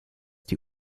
die